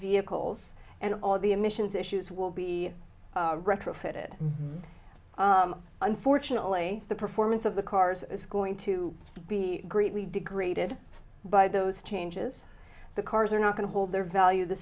vehicles and all the emissions issues will be retrofitted unfortunately the performance of the cars is going to be greatly degraded by those changes the cars are not going to hold their value the